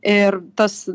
ir tas